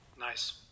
nice